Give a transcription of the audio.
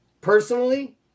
Personally